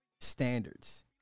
standards